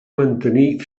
mantenir